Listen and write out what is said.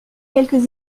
quelques